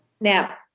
Now